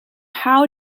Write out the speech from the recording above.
how